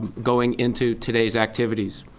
going into today's activities.